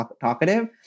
talkative